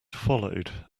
followed